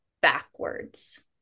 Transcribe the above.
backwards